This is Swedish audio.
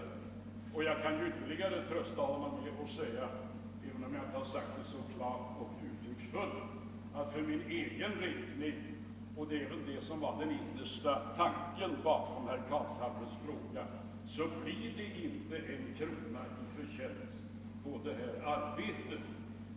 Även om jag inte har sagt det så klart och tydligt i svaret kan jag nu trösta herr Carlshamre med att tala om att för min egen räkning blir det inte en enda krona i förtjänst på detta arbete.